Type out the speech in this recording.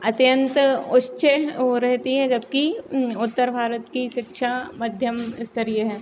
अत्यंत उच्च वो रहती है जबकि उत्तर भारत की शिक्षा मध्यम स्तरीय है